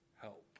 help